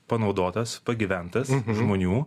panaudotas pagyventas žmonių